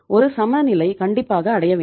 ஒரு சமநிலை கண்டிப்பாக அடைய வேண்டும்